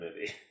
movie